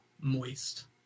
moist